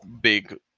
big